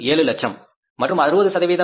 700000 மற்றும் 60 என்ன